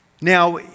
Now